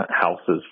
houses